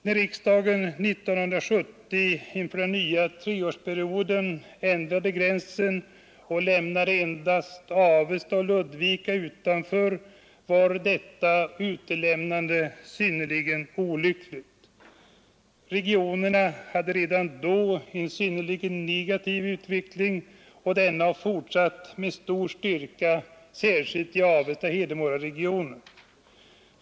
Att riksdagen 1970 inför den nya treåriga försöksperioden ändrade gränsen och lämnade endast Avesta och Ludvika utanför var ett synnerligen olyckligt beslut. Regionerna hade redan då haft en synnerligen negativ utveckling, och denna har fortsatt med stor styrka, särskilt i Avesta-Hedemoraregionen.